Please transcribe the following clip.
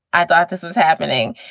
i thought this was happening.